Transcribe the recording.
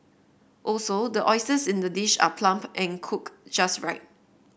also the oysters in the dish are plump and cooked just right